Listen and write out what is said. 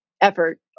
effort